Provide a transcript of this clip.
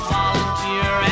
Volunteer